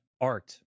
art